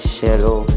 Shadow